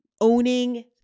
owning